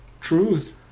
truth